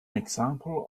example